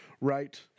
right